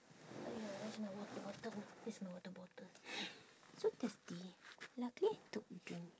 !aiya! where's my water bottle where's my water bottle so thirsty luckily I took drink